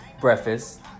breakfast